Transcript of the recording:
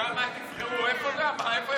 למה, תבחרו איפה גם?